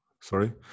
sorry